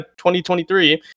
2023